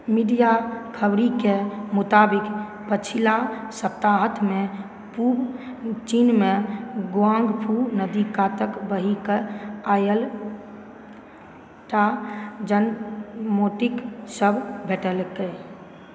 media खबरिके मुताबिक पछिला सप्ताहंत मे पूब चीनमे गुआंगफू नदी कातक बहिकए आयल टा जनमौटीक शव भेटलैक